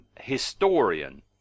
historian